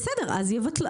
בסדר, אז יבטלו.